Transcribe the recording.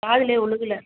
காதுலேயே விலுகல